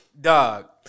Dog